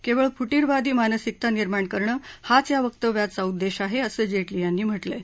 केवळ फुटीरवादी मानसिकता निर्माण करणं हाच या वर्कव्याचा उद्देश आहे असं जेटली यांनी म्हटलंय